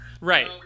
Right